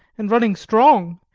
and running strong,